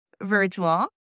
virtual